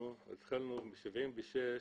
אנחנו התחלנו מ-76'